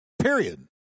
period